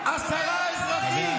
בושה, בושה,